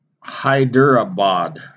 Hyderabad